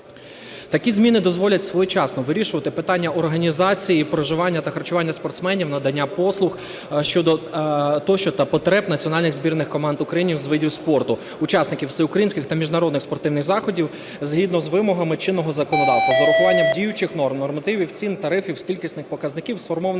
Такі зміни дозволять своєчасно вирішувати питання організації, проживання та харчування спортсменів, надання послуг щодо... тощо та потреб національних збірних команд України з видів спорту, учасників всеукраїнських та міжнародних спортивних заходів згідно з вимогами чинного законодавства з урахуванням діючих норм, нормативів, цін, тарифів, кількісних показників, сформованих